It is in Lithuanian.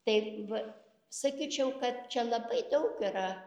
tai va sakyčiau kad čia labai daug yra